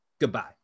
goodbye